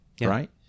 Right